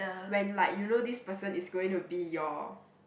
when like you know this person is going to be your